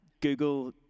google